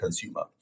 consumer